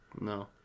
No